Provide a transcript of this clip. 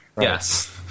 Yes